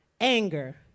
anger